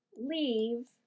leave